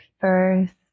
first